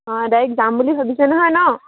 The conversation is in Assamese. অঁ ডাইৰেক্ট যাম বুলি ভাবিছে নহয় ন